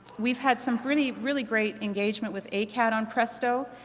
we've had some really, really great engagement with acat on presto,